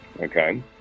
okay